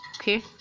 Okay